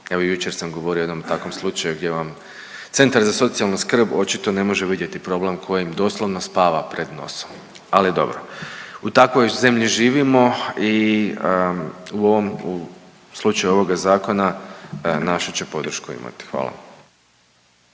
Evo i jučer sam govorio o jednom takvom slučaju gdje vam Centar za socijalnu skrb očito ne može vidjeti problem koji im doslovno spava pred nosom. Ali dobro. U takvoj zemlji živimo i u ovom, u slučaju ovoga zakona našu će podršku imati. Hvala.